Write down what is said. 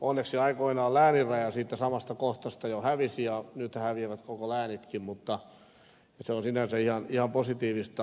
onneksi aikoinaan lääninraja siitä samasta kohdasta jo hävisi ja nyt häviävät koko läänitkin se on sinänsä ihan positiivista